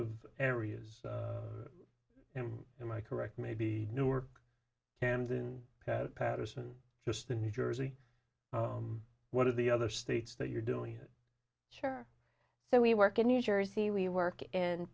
of areas and am i correct maybe newark camden patterson just in new jersey what are the other states that you're doing sure so we work in new jersey we work in